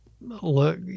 look